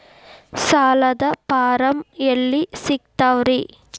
ಸಾಲದ ಫಾರಂ ಎಲ್ಲಿ ಸಿಕ್ತಾವ್ರಿ?